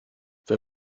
wer